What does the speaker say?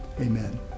amen